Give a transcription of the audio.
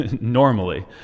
normally